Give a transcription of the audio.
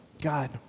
God